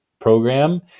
program